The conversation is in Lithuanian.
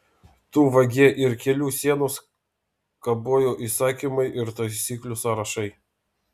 tu vagie ir kelių sienos kabojo įsakymai ir taisyklių sąrašai